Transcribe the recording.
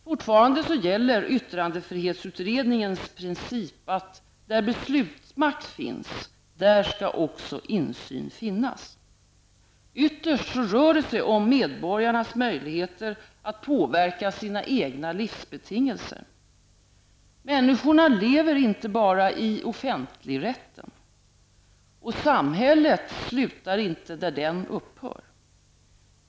Fortfarande gäller yttrandefrihetsutredningens princip att ''där beslutsmakt finns, där skall också insyn finnas''. Ytterst rör det sig om medborgarnas möjligheter att påverka sina egna livsbetingelser; människorna lever inte bara i offentligrätten. Och samhället slutar inte där den upphör.